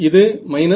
இது VA2